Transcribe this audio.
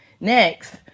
Next